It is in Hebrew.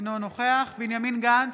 אינו נוכח בנימין גנץ,